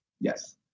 Yes